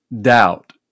doubt